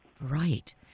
Right